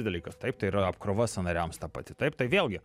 dalykas taip tai yra apkrova sąnariams ta pati taip tai vėlgi